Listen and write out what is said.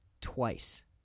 twice